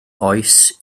oes